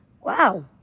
Wow